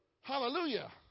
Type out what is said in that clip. Hallelujah